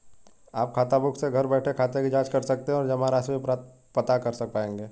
आप खाताबुक से घर बैठे खाते की जांच कर सकते हैं और जमा राशि भी पता कर पाएंगे